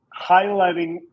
highlighting